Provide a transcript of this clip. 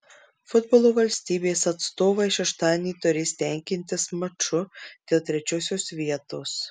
futbolo valstybės atstovai šeštadienį turės tenkintis maču dėl trečiosios vietos